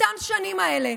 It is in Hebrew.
בכל אותן השנים האלה,